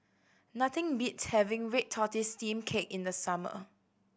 nothing beats having red tortoise steamed cake in the summer